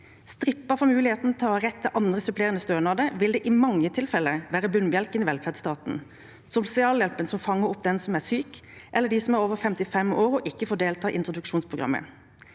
Strippet for muligheten til å ha rett til andre supplerende stønader vil det i mange tilfeller være bunnbjelken i velferdsstaten, sosialhjelpen, som fanger opp den som er syk, eller de som er over 55 år og ikke får delta i introduksjonsprogrammet.